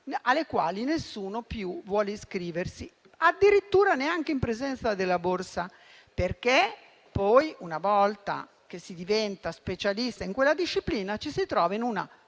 alle quali nessuno più vuole iscriversi, addirittura neanche in presenza della borsa, perché poi, una volta che si diventa specialista in quella disciplina, ci si trova in una